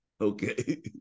Okay